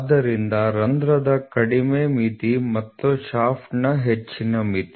ಆದ್ದರಿಂದ ರಂಧ್ರದ ಕಡಿಮೆ ಮಿತಿ ಮತ್ತು ಶಾಫ್ಟ್ನ ಹೆಚ್ಚಿನ ಮಿತಿ